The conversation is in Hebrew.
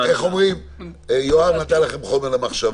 איך אומרים, יואב נתן לכם חומר למחשבה.